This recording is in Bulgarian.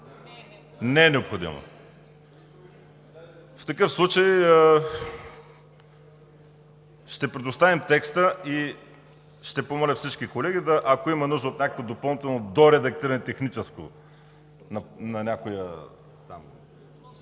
Не е необходимо. В такъв случай ще предоставим текста и ще помоля всички колеги, ако има нужда от някакво допълнително техническо доредактиране на някоя…